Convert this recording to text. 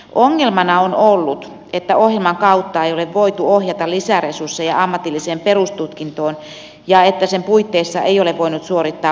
ongelmana on ollut että ohjelman kautta ei ole voitu ohjata lisäresursseja ammatilliseen perustutkintoon ja että sen puitteissa ei ole voinut suorittaa osatutkintoa